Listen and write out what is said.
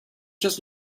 just